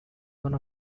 one